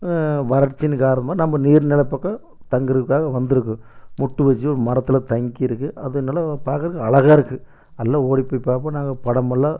வறட்சியின் காரணமாக நம்ம நீர்நிலை பக்கம் தங்குறதுக்காக வந்துருக்கு முட்டு வச்சு மரத்தில் தங்கியிருக்கு அது நல்லா பார்க்கறக்கு அழகாக இருக்கும் எல்லாம் ஓடிப் போய் பார்ப்போம் நாங்கள் படமெல்லாம்